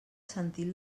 sentit